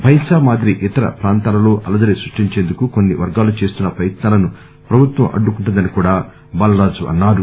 బైంసా మాదిరి ఇతర ప్రాంతాలలో అలజడి శ్రుష్టించేందుకు కొన్ని వర్గాలు చేస్తున్న ప్రయత్నాలను ప్రభుత్వం అడ్డుకుంటుదని ఆయన అన్నారు